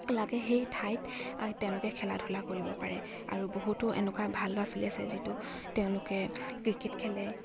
লাগে সেই ঠাইত তেওঁলোকে খেলা ধূলা কৰিব পাৰে আৰু বহুতো এনেকুৱা ভাল ল'ৰা ছোৱালী আছে যিটো তেওঁলোকে ক্ৰিকেট খেলে